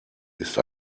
ist